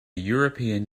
european